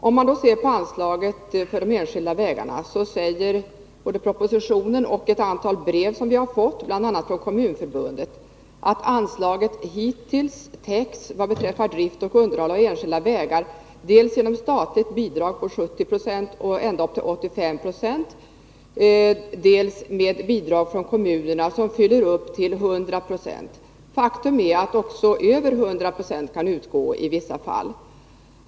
Om man ser på anslaget för de enskilda vägarna finner man, som framgår både av propositionen och av ett antal brev som vi har fått från bl.a. Kommunförbundet, att detta anslag hittills vad beträffar drift och underhåll av enskilda vägar täckts dels genom statligt bidrag från 70 76 och ända upp till 85 26, dels med bidrag från kommunerna som fyller upp till 100 26. Faktum är att bidrag i vissa fall också kan utgå med över 100 96.